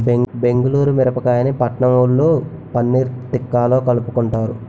బెంగుళూరు మిరపకాయని పట్నంవొళ్ళు పన్నీర్ తిక్కాలో కలుపుకుంటారు